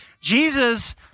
Jesus